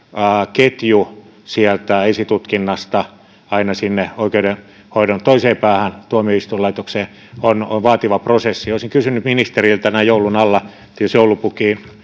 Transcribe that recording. ketju sieltä esitutkinnasta aina sinne oikeudenhoidon toiseen päähän tuomioistuinlaitokseen on on vaativa prosessi olisin kysynyt ministeriltä näin joulun alla jos joulupukki tulee